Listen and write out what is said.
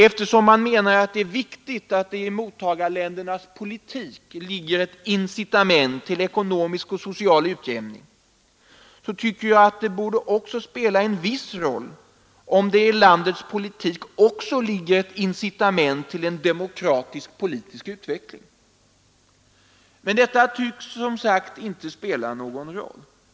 Eftersom man menar att det är viktigt att det i mottagarlandets politik ligger ett incitament till ekonomisk och social utjämning, så tycker jag att det borde spela en viss roll om det i landets politik också ligger incitament till en demokratisk politisk utveckling. Men detta tycks som sagt inte spela någon roll.